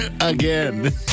Again